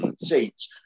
seats